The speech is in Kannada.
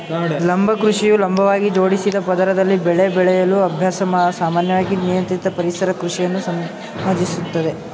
ಲಂಬ ಕೃಷಿಯು ಲಂಬವಾಗಿ ಜೋಡಿಸಿದ ಪದರದಲ್ಲಿ ಬೆಳೆ ಬೆಳೆಯುವ ಅಭ್ಯಾಸ ಸಾಮಾನ್ಯವಾಗಿ ನಿಯಂತ್ರಿತ ಪರಿಸರ ಕೃಷಿಯನ್ನು ಸಂಯೋಜಿಸುತ್ತದೆ